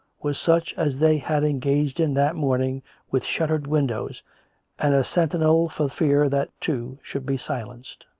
was such as they had engaged in that morning with shuttered windows and a sentinel for fear that, too, should be silenced.